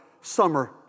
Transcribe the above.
summer